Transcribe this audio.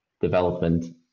development